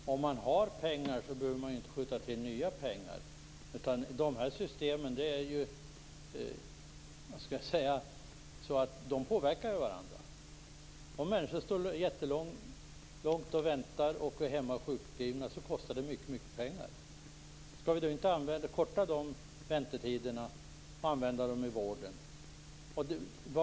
Fru talman! Om man har pengar behöver man inte skjuta till nya pengar. De här systemen påverkar varandra. Om människor väntar jättelänge och är hemma och är sjukskrivna kostar det mycket pengar. Skall vi inte korta de väntetiderna och använda de insparade pengarna i vården?